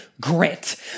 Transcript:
grit